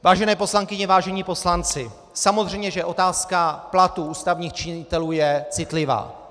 Vážené poslankyně, vážení poslanci, samozřejmě že otázka platů ústavních činitelů je citlivá.